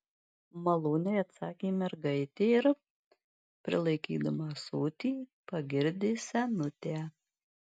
maloniai atsakė mergaitė ir prilaikydama ąsotį pagirdė senutę